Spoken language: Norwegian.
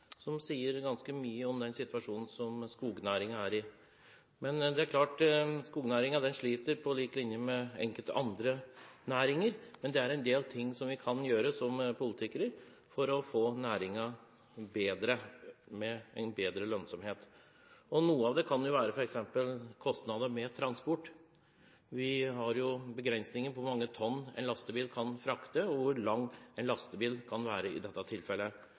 som sier ganske mye om den situasjonen skognæringen er i. Det er klart at skognæringen sliter, på lik linje med enkelte andre næringer. Men det er en del ting vi som politikere kan gjøre for å få næringen bedre, med bedre lønnsomhet, f.eks. kostnader ved transport. Vi har begrensninger på hvor mange tonn en lastebil kan frakte, og hvor lang en lastebil kan være. I